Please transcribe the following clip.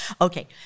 Okay